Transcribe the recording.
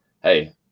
hey